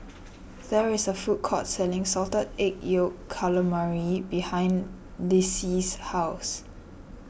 there is a food court selling Salted Egg Yolk Calamari behind Lissie's house